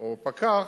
או פקח,